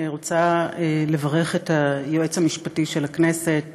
אני רוצה לברך את היועץ המשפטי של הכנסת